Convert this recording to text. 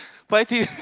fighting